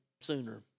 sooner